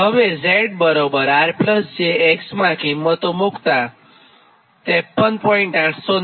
હવે Z R j X માં કિંમતો મુક્તાં 53